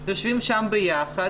יושבים שם ביחד,